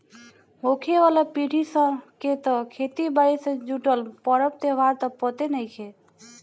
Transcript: होखे वाला पीढ़ी के त खेती बारी से जुटल परब त्योहार त पते नएखे